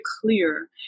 clear